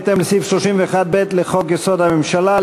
בהתאם לסעיף 31(ב) לחוק-יסוד: הממשלה,